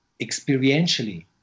experientially